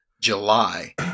July